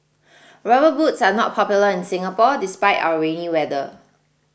rubber boots are not popular in Singapore despite our rainy weather